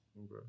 Okay